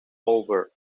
over